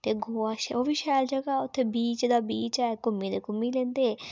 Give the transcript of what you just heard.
ते गोआ ओह् बी शैल जगहा उत्थै बीच ऐ घुम्मी लैंदे